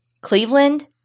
Cleveland